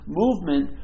movement